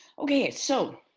okay, so